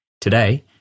Today